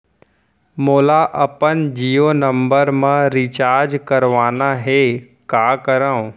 मोला अपन जियो नंबर म रिचार्ज करवाना हे, का करव?